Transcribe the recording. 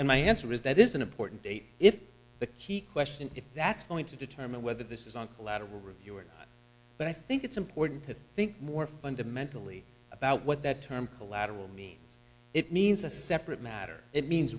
and my answer is that is an important date if the key question if that's going to determine whether this is on a lateral review or but i think it's important to think more fundamentally about what that term collateral means it means a separate matter it means